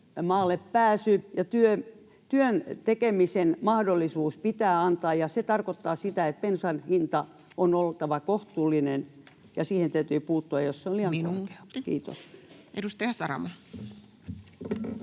työn tekemisen mahdollisuus pitää antaa, ja se tarkoittaa sitä, että bensan hinnan on oltava kohtuullinen ja siihen täytyy puuttua, jos se on liian korkea. [Puhemies: